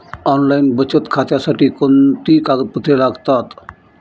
Online बचत खात्यासाठी कोणती कागदपत्रे लागतात?